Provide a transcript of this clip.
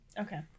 okay